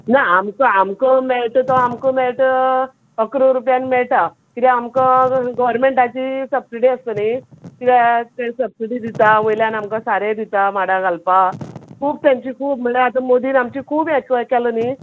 ना आमचो आमक मेळट तो आमक मेळट इकरा रुपयान मेळटा किद्या आमकां गॉवरमँटाची सबसिडी आसत न्ही शिवाय ते सबसिडी दिता वयल्यान आमकां सारें दिता माडा घालपा खूब तेंची खूब म्हळ्ळ्या आतां मोदीन आमची खूब हें क केल न्ही